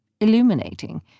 illuminating